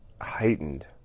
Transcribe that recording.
heightened